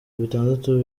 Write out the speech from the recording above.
bitandatu